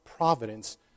Providence